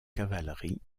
cavalerie